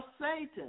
Satan